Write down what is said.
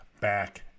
back